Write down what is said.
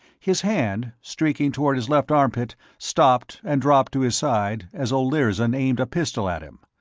his hand, streaking toward his left armpit, stopped and dropped to his side as olirzon aimed a pistol at him.